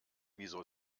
wieso